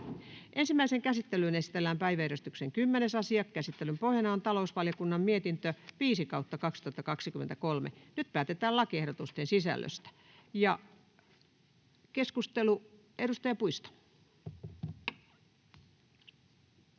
Ensimmäiseen käsittelyyn esitellään päiväjärjestyksen 10. asia. Käsittelyn pohjana on talousvaliokunnan mietintö TaVM 5/2023 vp. Nyt päätetään lakiehdotusten sisällöstä. — Keskustelu, edustaja Puisto.